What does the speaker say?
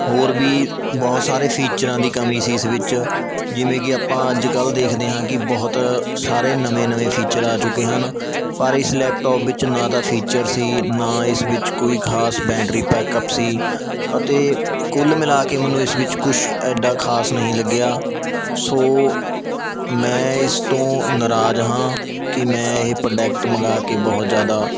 ਹੋਰ ਵੀ ਬਹੁਤ ਸਾਰੇ ਫੀਚਰਾਂ ਦੀ ਕਮੀ ਸੀ ਇਸ ਵਿੱਚ ਜਿਵੇਂ ਕਿ ਆਪਾਂ ਅੱਜ ਕੱਲ੍ਹ ਦੇਖਦੇ ਹਾਂ ਕਿ ਬਹੁਤ ਸਾਰੇ ਨਵੇਂ ਨਵੇਂ ਫੀਚਰ ਆ ਚੁੱਕੇ ਹਨ ਪਰ ਇਸ ਲੈਪਟੋਪ ਵਿੱਚ ਨਾ ਤਾਂ ਫੀਚਰ ਸੀ ਨਾ ਇਸ ਵਿੱਚ ਕੋਈ ਖਾਸ ਬੈਟਰੀ ਪੈਕਅੱਪ ਸੀ ਅਤੇ ਕੁੱਲ ਮਿਲਾ ਕੇ ਮੈਨੂੰ ਇਸ ਵਿੱਚ ਕੁਛ ਐਡਾ ਖਾਸ ਨਹੀਂ ਲੱਗਿਆ ਸੋ ਮੈਂ ਇਸ ਤੋਂ ਨਰਾਜ਼ ਹਾਂ ਕਿ ਮੈਂ ਇਹ ਪ੍ਰੋਡਕਟ ਮੰਗਾ ਕੇ ਬਹੁਤ ਜ਼ਿਆਦਾ